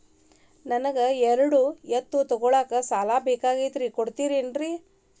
ನನಗ ಎರಡು ಎತ್ತು ತಗೋಳಾಕ್ ಸಾಲಾ ಬೇಕಾಗೈತ್ರಿ ಕೊಡ್ತಿರೇನ್ರಿ?